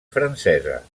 francesa